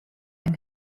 yng